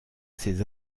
ses